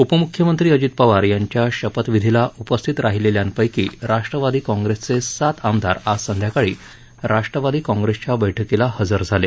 उपमुख्यमंत्री अजित पवार यांच्या शपथविधीला उपस्थित राहिलेल्यांपैकी राष्ट्रवादी काँग्रेसचे सात आमदार आज संध्याकाळी राष्ट्रवादी काँग्रेसच्या बैठकीला हजर झाले